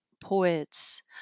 poets